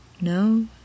no